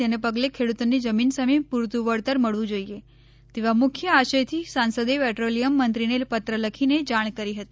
જેને પગલે ખેડૂતોને જમીન સામે પુરતું વળતર મળવું જોઇએ તેવા મુખ્ય આશયથી સાંસદે પેટ્રોલિયમ મંત્રીને પત્ર લખીને જાણ કરી હતી